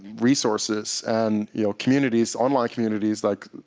resources, and, you know, communities online communities, like,